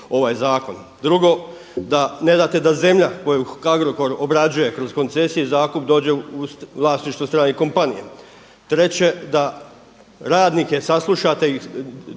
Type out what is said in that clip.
Drugo, da ne date da zemlja koju Agrokor obrađuje kroz koncesije, zakup dođe u vlasništvo stranih kompanija. Treće, da radnike saslušate da